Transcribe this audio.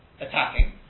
attacking